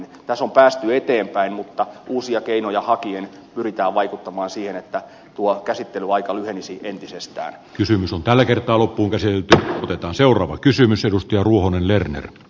tässä on päästy eteenpäin mutta uusia keinoja hakien pyritään vaikuttamaan siihen että tuo käsittelyaika lyhenisi entisestään kysymys on tällä kertaa loppuun ja siitä otetaan seuraava kysymys edusti ruohonen lernerin